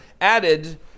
added